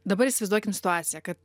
dabar įsivaizduokim situaciją kad